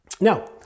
Now